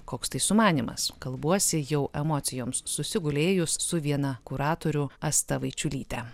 koks tai sumanymas kalbuosi jau emocijoms susigulėjus su viena kuratorių asta vaičiulyte